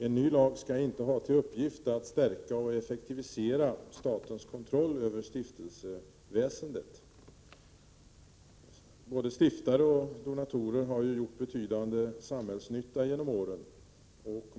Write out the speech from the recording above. En ny lag skall inte ha till uppgift att stärka och effektivisera statens kontroll över stiftelseväsendet. Såväl stiftare som donatorer har ju gjort betydande samhällsnytta genom åren.